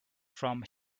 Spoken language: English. from